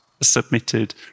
submitted